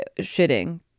shitting